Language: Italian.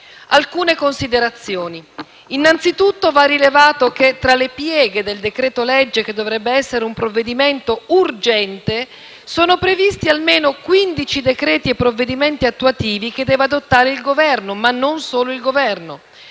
alcune considerazioni. Innanzitutto, va rilevato che tra le pieghe del decreto-legge, che dovrebbe essere un provvedimento urgente, sono previsti almeno 15 decreti e provvedimenti attuativi che deve adottare il Governo, ma non solo. Per